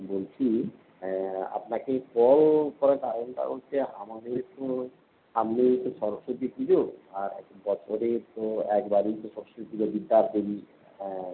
বলছি আপনাকে কল করার কারণটা হচ্ছে আমাদের তো সামনেই তো সরস্বতী পুজো আর বছরে তো একবারই তো সরস্বতী পুজো বিদ্যার দেবী হ্যাঁ